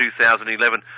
2011